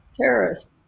terrorist